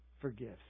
forgives